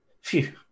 Phew